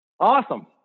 Awesome